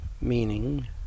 meaning